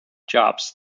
jobs